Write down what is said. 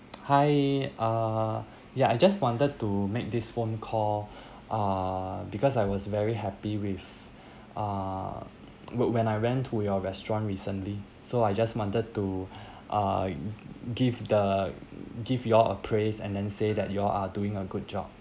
hi err ya I just wanted to make this phone call err because I was very happy with uh wh~ when I went to your restaurant recently so I just wanted to uh give the give you all a praise and then say that you all are doing a good job